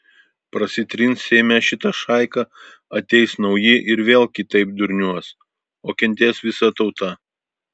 prasitrins seime šita šaika ateis nauji ir vėl kitaip durniuos o kentės visa tauta